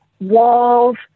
Walls